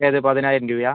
ഏത് പതിനായിരം രൂപയാ